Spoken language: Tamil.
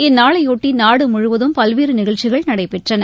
இந்நாளையொட்டி நாடு முழுவதும் பல்வேறு நிகழ்ச்சிகள் நடைபெற்றன